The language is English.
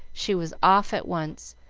she was off at once,